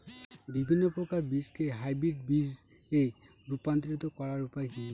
বিভিন্ন প্রকার বীজকে হাইব্রিড বীজ এ রূপান্তরিত করার উপায় কি?